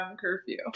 curfew